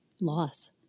loss